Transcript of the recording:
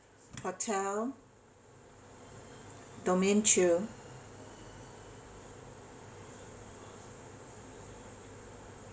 hotel domain two